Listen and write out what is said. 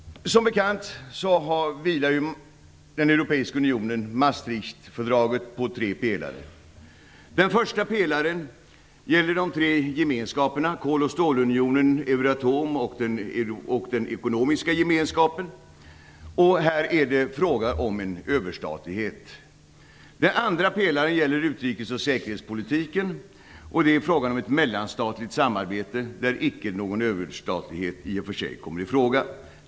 Som bekant vilar den europeiska unionen, Euratom och den ekonomiska gemenskapen. Här är det fråga om en överstatlighet. Den andra pelaren gäller utrikes och säkerhetspolitiken. Det är fråga om ett mellanstatligt samarbete där icke någon överstatlighet i och för sig kommer i fråga.